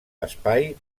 espai